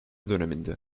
döneminde